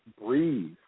breathe